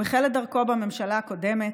הוא החל את דרכו בממשלה הקודמת,